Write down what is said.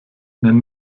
nenn